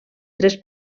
tres